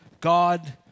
God